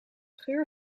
geur